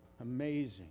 amazing